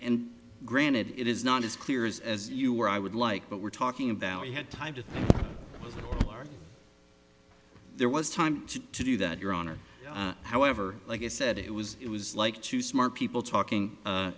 and granted it is not as clear as as you or i would like but we're talking about you had time to was there was time to do that your honor however like i said it was it was like two smart people talking